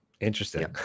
Interesting